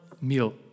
meal